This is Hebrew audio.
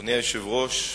אדוני היושב-ראש,